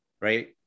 right